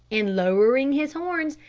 and, lowering his horns,